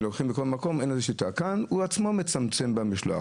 אבל אני רואה ילדים קטנים לוקחים דברים בידיים